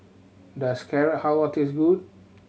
does Carrot Halwa taste good